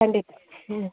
ಖಂಡಿತ ಹ್ಞೂ